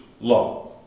law